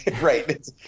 right